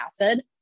acid